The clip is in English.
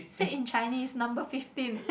said in Chinese number fifteen